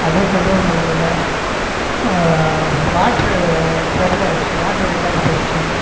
அதுவும் கன்ட்ரோல் பண்ண முடில்ல வாட்ரு ட்ரபுள் ஆகிடுச்சு வாட்ரு இல்லாது போயிடுச்சு